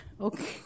Okay